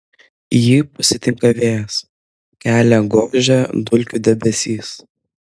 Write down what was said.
jį pasitinka vėjas kelią gožia dulkių debesys